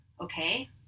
okay